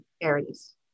areas